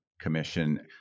commission